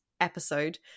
episode